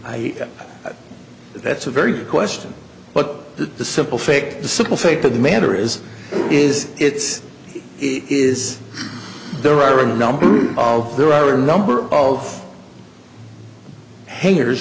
i that's a very good question but the simple fake the simple fact of the matter is is it is there are a number of there are a number of hangers